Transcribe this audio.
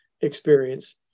experience